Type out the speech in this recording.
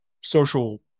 social